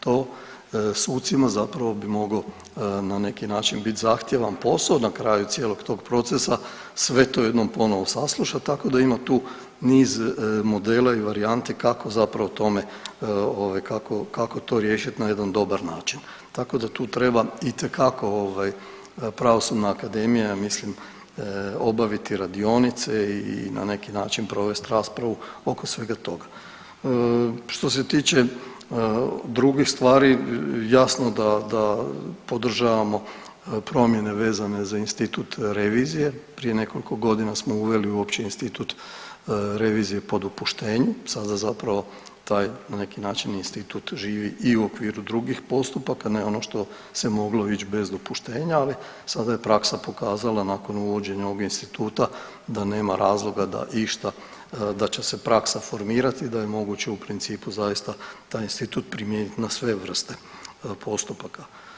To sucima zapravo bi mogao na neki način biti zahtjevan posao na kraju cijelog tog procesa, sve to jednom ponovno saslušati, tako da ima tu niz modela i varijanti kako zapravo o tome ovaj kako, kako to riješit na jedan dobar način, tako da tu treba itekako ovaj pravosudna akademija, mislim obaviti radionice i na neki način provest raspravu oko svega toga. što se tiče drugih stvari jasno da, da podržavamo promjene vezane za institut revizije, prije nekoliko godina smo uveli uopće institut revizije po dopuštenju, sada zapravo taj na neki način institut živi i u okviru drugih postupaka, ne ono što se moglo ić bez dopuštenja, ali sada je praksa pokazala nakon uvođenja ovog instituta da nema razloga da išta, da će se praksa formirati i da je moguće u principu zaista taj institut primijenit na sve vrste postupaka.